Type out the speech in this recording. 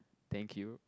thank you